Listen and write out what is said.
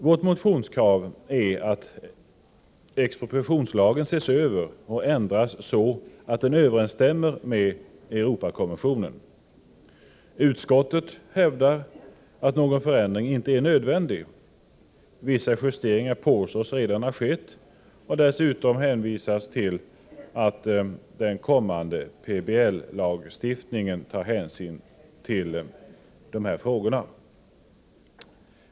Vårt motionskrav är att expropriationslagen ses över och ändras så att den överensstämmer med Europakonventionen. Utskottet hävdar att någon förändring inte är nödvändig. Vissa justeringar påstås redan ha skett, och dessutom hänvisas till att den kommande PBL-lagstiftningen tar hänsyn till de här frågorna.